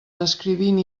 descrivint